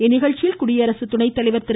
இந்நிகழ்ச்சியில் குடியரசு துணைத்தலைவர் திரு